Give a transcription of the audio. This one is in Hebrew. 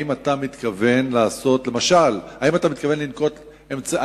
האם אתה מתכוון לנקוט אמצעים?